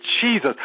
Jesus